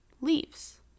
leaves